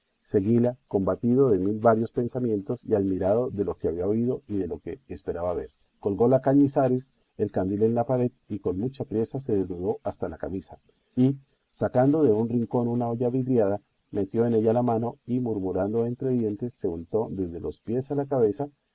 seguíla combatido de mil varios pensamientos y admirado de lo que había oído y de lo que esperaba ver colgó la cañizares el candil de la pared y con mucha priesa se desnudó hasta la camisa y sacando de un rincón una olla vidriada metió en ella la mano y murmurando entre dientes se untó desde los pies a la cabeza